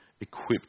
equipped